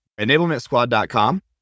enablementsquad.com